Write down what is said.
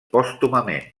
pòstumament